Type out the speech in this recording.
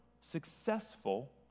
successful